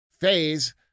phase